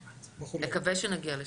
נקווה שנגיע לשם.